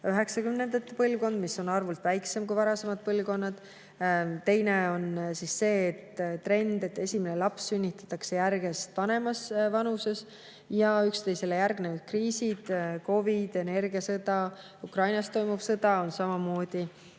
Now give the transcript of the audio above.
põlvkond, mis on arvult väiksem kui varasemad põlvkonnad. Teine [põhjus] on trend, et esimene laps sünnitatakse järjest vanemas vanuses. Ja üksteisele järgnenud kriisid – COVID, energiasõda, Ukrainas toimuv sõda – on samamoodi